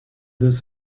this